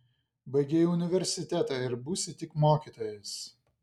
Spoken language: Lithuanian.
baigei universitetą ir būsi tik mokytojas